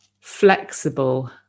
flexible